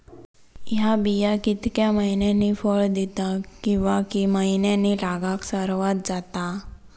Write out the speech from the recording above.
हया बिया कितक्या मैन्यानी फळ दिता कीवा की मैन्यानी लागाक सर्वात जाता?